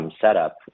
setup